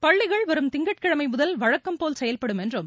பள்ளிகள் வரும் திங்கட்கிழமை முதல் வழக்கம்போல் செயல்படும் என்றும்